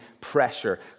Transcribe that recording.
pressure